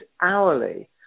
hourly